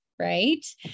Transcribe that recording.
Right